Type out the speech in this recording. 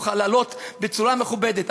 יוכל לעלות בצורה מכובדת,